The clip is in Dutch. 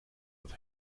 wat